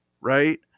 Right